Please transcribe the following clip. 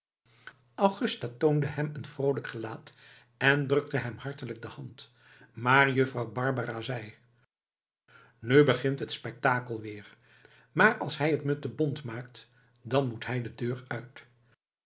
augusta toonde hem een vroolijk gelaat en drukte hem hartelijk de hand maar juffrouw barbara zei nu begint het spektakel weer maar als hij t me te bont maakt dan moet hij de deur uit